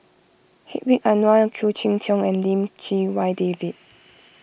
Hedwig Anuar Khoo Cheng Tiong and Lim Chee Wai David